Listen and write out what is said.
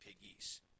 Piggies